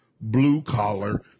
blue-collar